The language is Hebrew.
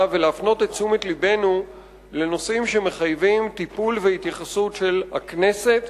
ולהפנות את תשומת לבנו לנושאים שמחייבים טיפול והתייחסות של הכנסת